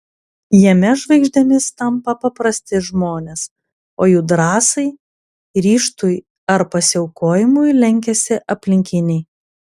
jame žvaigždėmis tampa paprasti žmonės o jų drąsai ryžtui ar pasiaukojimui lenkiasi aplinkiniai